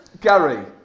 Gary